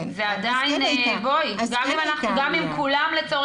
זה עדיין --- אז כן הייתה עלייה.